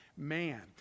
man